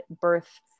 birth